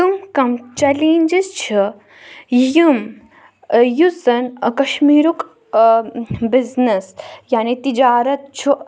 تِم کَم چیٚلینٛجِز چھِ یِم یُس زَن کَشمیٖرُک بِزنِس یعنی تِجارَت چھُ